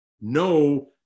no